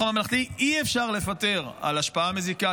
הממלכתי אי-אפשר לפטר על השפעה מזיקה,